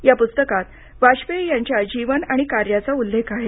या पुस्तकात वाजपेयी यांच्या जीवन आणि कार्याचा उल्लेख आहे